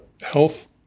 health